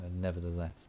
Nevertheless